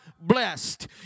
Blessed